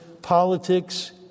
Politics